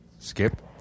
Skip